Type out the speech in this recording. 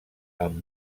amb